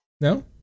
No